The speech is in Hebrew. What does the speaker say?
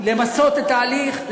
למצות את ההליך,